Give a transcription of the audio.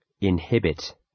Inhibit